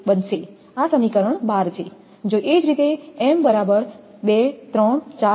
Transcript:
જો એ જ રીતે m બરાબર 2 3 4 છે